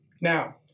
Now